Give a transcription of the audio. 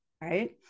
right